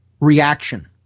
reaction